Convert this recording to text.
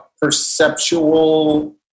perceptual